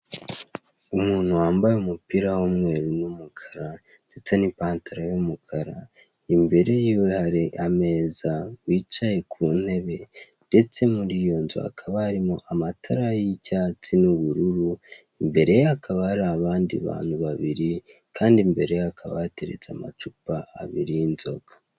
Umuntu wambaye umupira w'umweru n'umukara, ndetse n'ipantaro y'umukara, imbeye y'iwe hari ameza, wicaye ku ntebe, ndese muri iyo nzu kakaba hari amatara y'icyatsi n'ubururu, imbere ye hakaba hari abandi bantu babiri, kandi imbere ye hakaba hateretse amacupa abiri y'inzoga.